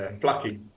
Plucky